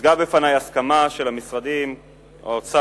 הוצגה בפני הסכמה של משרדי האוצר,